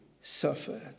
suffered